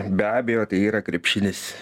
be abejo tai yra krepšinis